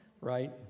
right